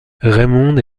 raymonde